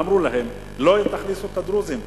ואמרו להם: תכניסו את הדרוזים.